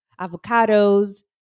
avocados